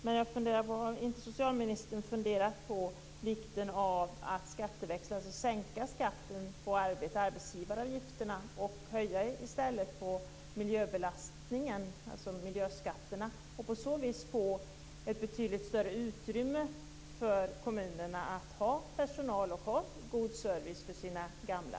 Men har inte socialministern funderat på vikten av skatteväxling - sänkt skatt på arbete och arbetsgivaravgifter samt höjd skatt till följd av miljöbelastningen, dvs. miljöskatter? På det viset blir det ett betydligt större utrymme för kommunerna att ha personal och god service för sina gamla.